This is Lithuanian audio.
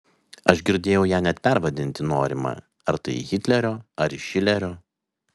aš girdėjau ją net pervadinti norima ar tai į hitlerio ar į šilerio